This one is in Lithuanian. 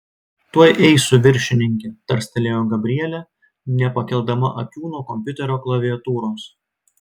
tuoj eisiu viršininke tarstelėjo gabrielė nepakeldama akių nuo kompiuterio klaviatūros